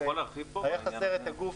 אתה יכול להרחיב בעניין הזה?